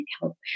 help